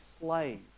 slave